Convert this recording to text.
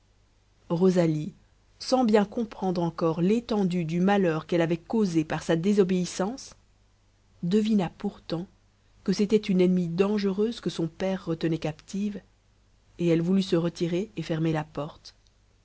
rosalie sans bien comprendre encore l'étendue du malheur qu'elle avait causé par sa désobéissance devina pourtant que c'était une ennemie dangereuse que son père retenait captive et elle voulut se retirer et fermer la porte